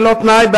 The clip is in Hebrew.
ללא תנאי,